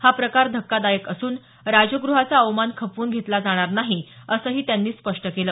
हा प्रकार धक्कादायक असून राजगृहाचा अवमान खपवून घेतला जाणार नाही असंही त्यांनी स्पष्ट केलं